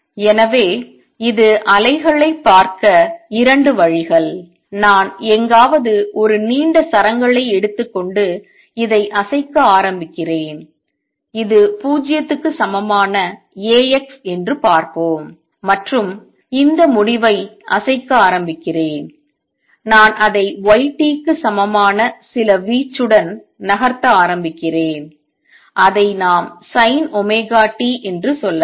எனவே இது அலைகளைப் பார்க்க 2 வழிகள் நான் எங்காவது ஒரு நீண்ட சரங்களை எடுத்துக்கொண்டு இதை அசைக்க ஆரம்பிக்கிறேன் இது 0 க்கு சமமான A x என்று பார்ப்போம் மற்றும் இந்த முடிவை அசைக்க ஆரம்பிக்கிறேன் நான் அதை y t க்கு சமமான சில வீச்சுடன் நகர்த்த ஆரம்பிக்கிறேன் அதை நாம் sin t என்று சொல்லலாம்